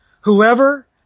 whoever